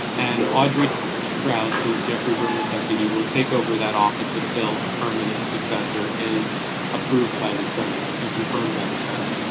and audrey's strouse, who is jeffrey berman's deputy, will take over that office until a permanent successor is approved by the senate and confirmed by the senate.